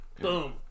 boom